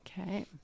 Okay